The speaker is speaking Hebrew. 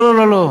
לא, לא, לא.